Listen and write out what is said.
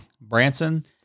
Branson